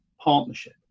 partnership